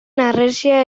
harresia